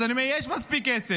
אז אני אומר: יש מספיק כסף,